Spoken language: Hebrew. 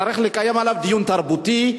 חבר הכנסת בן-ארי, אני קורא אותך לסדר פעם ראשונה.